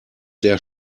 der